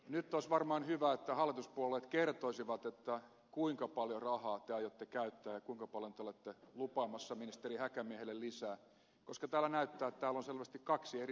nyt olisi varmaan hyvä että hallituspuolueet kertoisivat kuinka paljon rahaa te aiotte käyttää ja kuinka paljon te olette lupaamassa ministeri häkämiehelle lisää koska näyttää että täällä on selvästi kaksi eri tulkintaa näistä summista